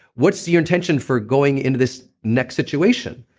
what's your intention for going into this next situation?